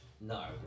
No